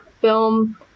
film